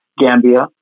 Gambia